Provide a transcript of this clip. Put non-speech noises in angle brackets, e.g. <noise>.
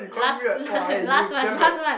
last last <laughs> last month